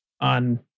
on